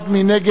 מי נגד.